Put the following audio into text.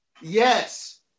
Yes